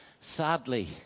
sadly